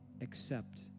accept